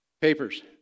Papers